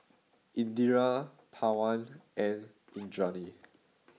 Indira Pawan and Indranee